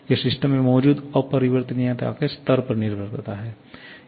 यह सिस्टम में मौजूद अपरिवर्तनीयता के स्तर पर निर्भर करता है